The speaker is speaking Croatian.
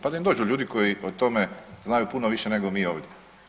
Pa da im dođu ljudi koji o tome znaju puno više nego mi ovdje.